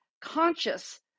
conscious